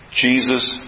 Jesus